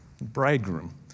bridegroom